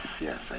Yes